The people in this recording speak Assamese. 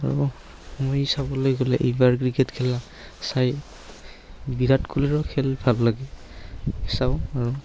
আৰু মই চাবলৈ গ'লে এইবাৰ ক্ৰিকেট খেলা চাই বিৰাট কোহলিৰো খেল ভাল লাগে চাওঁ আৰু